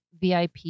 VIP